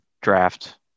draft